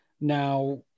Now